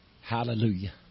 Hallelujah